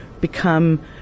become